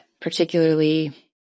particularly